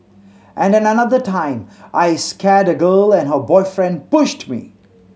and at another time I scared a girl and her boyfriend pushed me